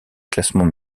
classements